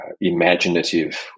imaginative